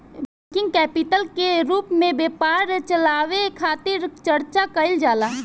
working capital के रूप में व्यापार चलावे खातिर चर्चा कईल जाला